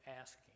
asking